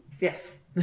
Yes